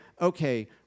okay